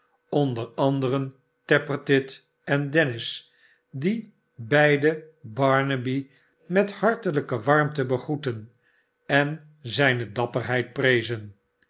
onder anderen tappertit en dennis die beide barnaby met hartelijke warmte begroetten en zijne dapperheid prezen